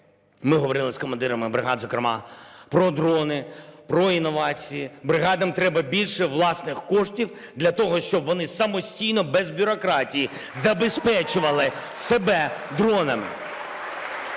ми говорили з командирами бригад, зокрема про дрони, про інновації. Бригадам треба більше власних коштів для того, щоб вони самостійно, без бюрократії, забезпечували себе дронами.